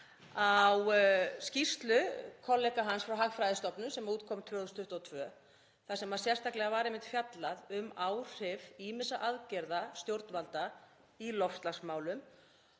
á skýrslu kollega hans frá Hagfræðistofnun sem út kom 2022 þar sem sérstaklega var einmitt fjallað um áhrif ýmissa aðgerða stjórnvalda í loftslagsmálum.